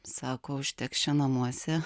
sako užteks čia namuose